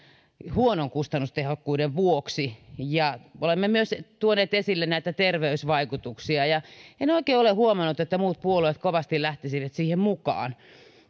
huonon kustannustehokkuuden vuoksi ja olemme tuoneet esille myös näitä terveysvaikutuksia en oikein ole huomannut että muut puolueet kovasti lähtisivät siihen mukaan